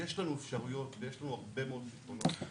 יש לנו אפשרויות ויש לנו הרבה מאוד פתרונות,